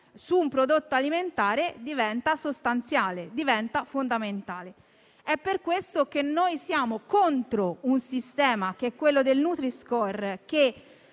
su un prodotto alimentare diventa sostanziale, fondamentale. È per questo che siamo contro un sistema, quello del nutri-score,